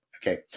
Okay